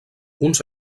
uns